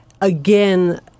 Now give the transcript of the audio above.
Again